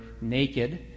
naked